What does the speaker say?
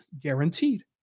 guaranteed